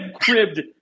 cribbed